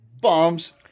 bombs